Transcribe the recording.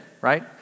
right